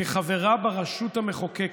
כחברה ברשות המחוקקת: